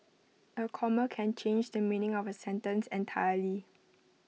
A comma can change the meaning of A sentence entirely